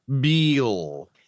Beal